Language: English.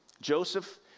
Joseph